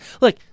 look